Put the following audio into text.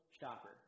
shopper